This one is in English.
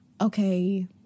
okay